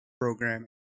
programming